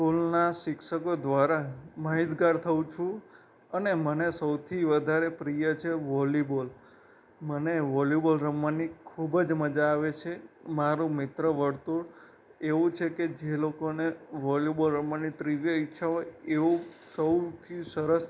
સ્કૂલના શિક્ષકો દ્વારા માહિતગાર થાઉં છું અને મને સૌથી વધારે પ્રિય છે વોલીબોલ મને વોલીબોલ રમવાની ખૂબ જ મજા આવે છે મારું મિત્ર વર્તુળ એવું છે કે જે લોકોને વોલીબોલ રમવાની તિવ્ર ઈચ્છા હોય એવું સૌથી સરસ